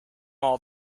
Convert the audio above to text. all